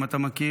אם אתה מכיר,